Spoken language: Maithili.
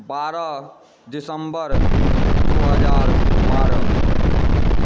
बारह दिसम्बर दू हजार बारह